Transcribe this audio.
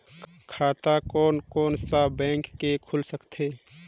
खाता कोन कोन सा बैंक के खुल सकथे?